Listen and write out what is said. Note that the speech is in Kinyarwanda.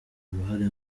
uruhare